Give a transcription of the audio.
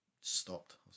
stopped